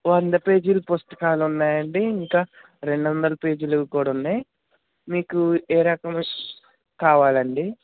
వంద పేజీలు పుస్తకాలు ఉన్నాయండి ఇంకా రెండు వందలు పేజీలవి కూడా ఉన్నాయి మీకు ఏ రకం కావాలండి